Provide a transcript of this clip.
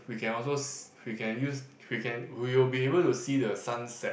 we can also s~ we can use we can we will be able to see the sunset